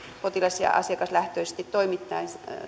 potilas ja asiakaslähtöisesti toimittaessa